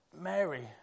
Mary